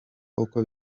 uko